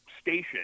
station